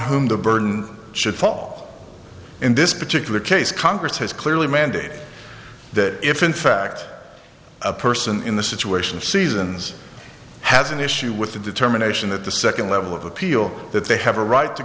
whom the burden should fall in this particular case congress has clearly mandated that if in fact a person in the situation of seasons has an issue with the determination that the second level of appeal that they have a right to